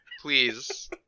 Please